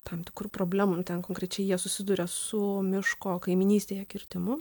tam tikrų problemų ten konkrečiai jie susiduria su miško kaimynystėje kirtimu